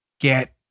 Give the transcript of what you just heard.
Get